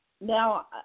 Now